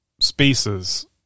spaces